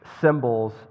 symbols